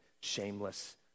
shameless